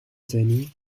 jenny